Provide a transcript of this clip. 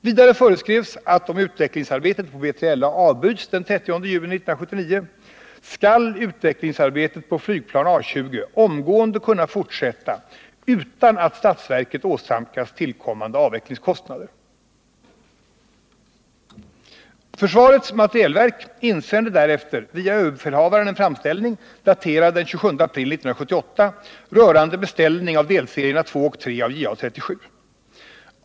Vidare föreskrevs att om utvecklingsarbetet på BILA avbryts den 30 juni 1979, skall utvecklingsarbetet på flygplan A 20 omgående kunna fortsätta utan att statsverket åsamkas tillkommande avvecklingskostnader. Försvarets materielverk insände därefter via överbefälhavaren en framställning, daterad den 27 april 1978, rörande beställning av delserierna 2 och 3 av JA 37.